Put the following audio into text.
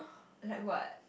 like what